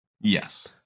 yes